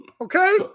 Okay